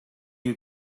you